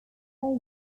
town